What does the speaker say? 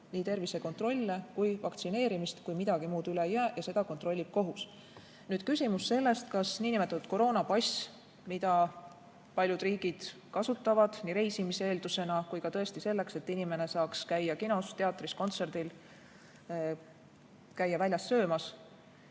nii tervisekontrolle kui vaktsineerimist, kui midagi muud üle ei jää ja seda kontrollib kohus. Nüüd, küsimus sellest, kas koroonapass, mida paljud riigid kasutavad nii reisimise eeldusena kui ka tõesti selleks, et inimene saaks käia kinos, teatris, kontserdil, väljas söömas,